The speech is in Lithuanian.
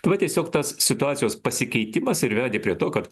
va tiesiog tas situacijos pasikeitimas ir vedė prie to kad